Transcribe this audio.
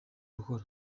gukora